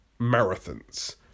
marathons